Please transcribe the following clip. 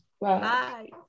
Bye